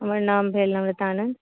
हमर नाम भेल नम्रता आनन्द